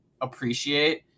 appreciate